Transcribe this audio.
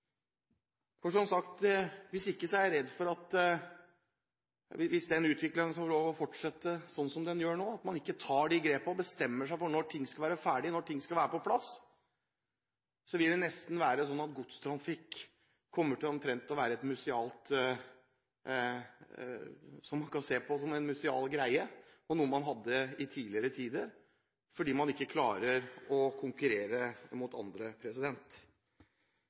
er noe man ønsker. Hvis utviklingen får lov til å fortsette, sånn som den gjør nå, og man ikke tar de grepene og bestemmer seg for når ting skal være ferdige og være på plass, vil det nesten være sånn at godstrafikk vil komme til å være en museal greie – noe man hadde i tidligere tider – fordi man ikke klarer å konkurrere mot andre.